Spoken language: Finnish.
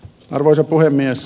arvoisa puhemies